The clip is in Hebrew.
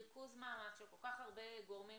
ריכוז מאמץ של כל כך גורמי גורמים